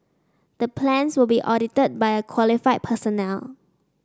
the plans will be audited by a qualified personnel